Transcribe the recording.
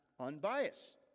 unbiased